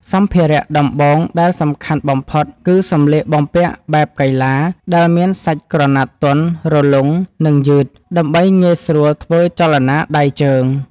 សម្ភារៈដំបូងដែលសំខាន់បំផុតគឺសម្លៀកបំពាក់បែបកីឡាដែលមានសាច់ក្រណាត់ទន់ រលុង និងយឺត ដើម្បីងាយស្រួលធ្វើចលនាដៃជើង។